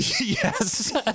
Yes